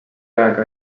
aega